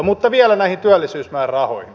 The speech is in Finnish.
mutta vielä näihin työllisyysmäärärahoihin